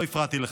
לא הפרעתי לך.